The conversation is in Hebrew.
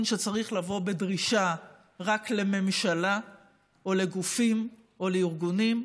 שצריך לבוא בדרישה רק לממשלה או לגופים או לארגונים,